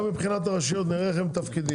גם מבחינת הרשויות נראה איך הם מתפקדים.